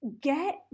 get